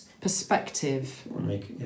perspective